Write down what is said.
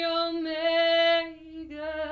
omega